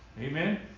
Amen